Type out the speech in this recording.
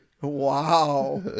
Wow